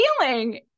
feeling